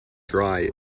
dry